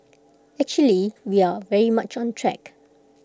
actually we are very much on track